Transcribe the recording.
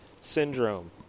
Syndrome